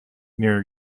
near